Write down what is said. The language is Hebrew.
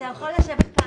מבחינתנו,